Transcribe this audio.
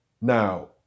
now